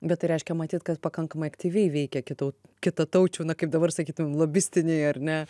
bet tai reiškia matyt kad pakankamai aktyviai veikė kitų kitataučių na kaip dabar sakytume lobistiniai ar ne